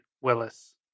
Willis